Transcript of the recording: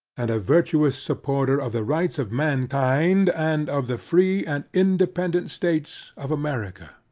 and a virtuous supporter of the rights of mankind and of the free and independant states of america.